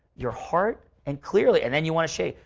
your heart and clearly. and then you want to shape.